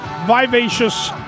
Vivacious